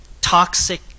Toxic